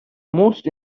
most